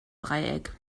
dreieck